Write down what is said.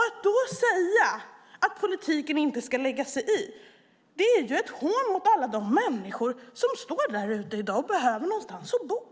Att då säga att politiken inte ska lägga sig i är ett hån mot alla de människor som står där ute i dag och behöver någonstans att bo.